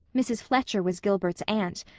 mrs. fletcher was gilbert's aunt.